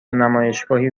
نمایشگاهی